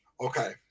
okay